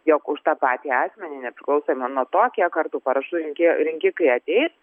jog už tą patį asmenį nepriklausomai nuo to kiek kartų parašų rinkė rinkikai ateis